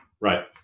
Right